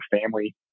family